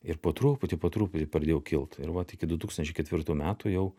ir po truputį po truputį pradėjau kilt ir vat iki du tūkstančiai ketvirtų metų jau